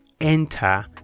enter